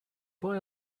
boy